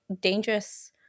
dangerous